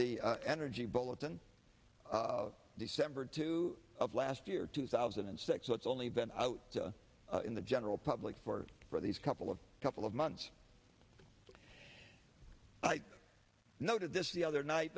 the energy bulletin december two of last year two thousand and six so it's only been out in the general public for for these couple of couple of months i noted this the other night